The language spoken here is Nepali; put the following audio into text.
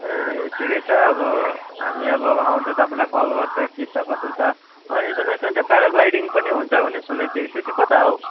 ए ठिकै छ अब हामी अब आउँदा तपाईँलाई कल गर्छ के छ कस्तो छ अनि सुन्नुहोस् न त्यो पेराग्लाइडिङ पनि हुन्छ भनेको सुनेको थिएँ त्यो चाहिँ कता हौ